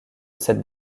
cette